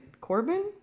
Corbin